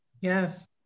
yes